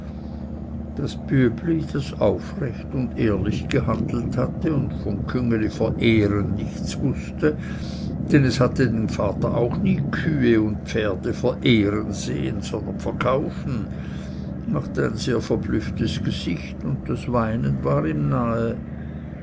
das bübli das aufrecht und ehrlich gehandelt hatte und von küngeliverehren nichts wußte denn es hatte den vater auch nie kühe und pferde verehren sehen sondern verkaufen machte ein sehr verblüfftes gesicht und das weinen war ihm nahe